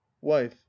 wife